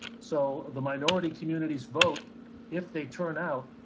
so, the minority community's vote if they turn out,